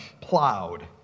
plowed